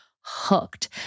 hooked